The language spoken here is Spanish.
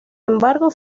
embargo